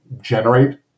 generate